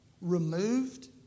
removed